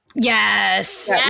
yes